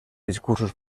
discursos